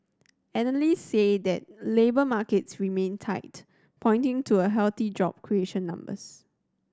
analysts said that labour markets remain tight pointing to a healthy job creation numbers